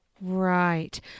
Right